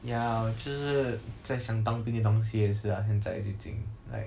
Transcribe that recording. ya 就是在想当兵的东西也是啦现在最近 like